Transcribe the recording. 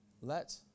Let